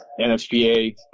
NFPA